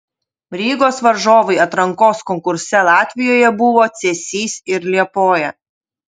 rygos varžovai atrankos konkurse latvijoje buvo cėsys ir liepoja